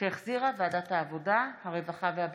שהחזירה ועדת העבודה, הרווחה והבריאות.